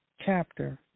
chapter